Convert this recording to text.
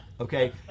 okay